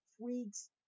freaks